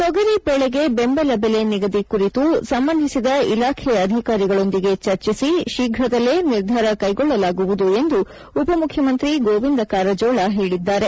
ತೊಗರಿ ಬೆಳೆಗೆ ಬೆಂಬಲ ಬೆಲೆ ನಿಗದಿ ಕುರಿತು ಸಂಬಂಧಿಸಿದ ಇಲಾಖೆ ಅಧಿಕಾರಿಗಳೊಂದಿಗೆ ಚರ್ಚಿಸಿ ಶೀಘ್ರದಲ್ಲೇ ನಿರ್ಧಾರ ಕೈಗೊಳ್ಳಲಾಗುವುದು ಎಂದು ಉಪಮುಖ್ಯಮಂತ್ರಿ ಗೋವಿಂದ ಕಾರಜೋಳ ಹೇಳಿದ್ದಾರೆ